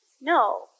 No